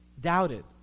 doubted